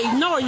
no